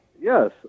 Yes